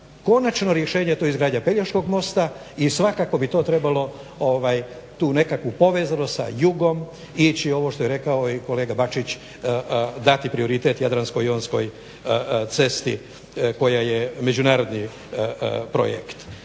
konačno rješenje a to je izgradnja Pelješkog mosta i svakako bi to trebalo tu nekakvu povezanost sa jugom ići ovo što je rekao i kolega Bačić dati prioritet Jandransko-Jonskoj cesti koja je međunarodni projekt.